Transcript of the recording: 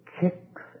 kicks